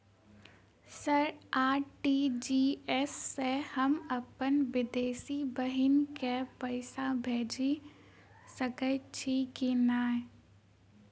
Sir RTGS सँ हम अप्पन विदेशी बहिन केँ पैसा भेजि सकै छियै की नै?